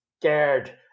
scared